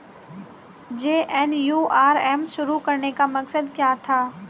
JNNURM शुरू करने का मकसद क्या था?